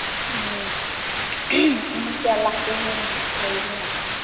ꯎꯝ ꯃꯤ ꯀꯌꯥ ꯂꯥꯛꯀꯦꯅ ꯂꯩꯕꯅꯣ